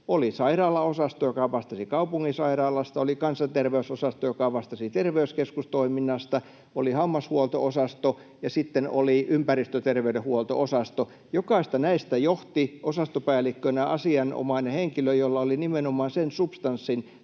Oli sairaalaosasto, joka vastasi kaupunginsairaalasta, oli kansanterveysosasto, joka vastasi terveyskeskustoiminnasta, oli hammashuolto-osasto ja sitten oli ympäristöterveydenhuolto-osasto. Jokaista näistä johti osastopäällikkönä asianomainen henkilö, jolla oli nimenomaan sen substanssin